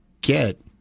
get